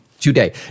today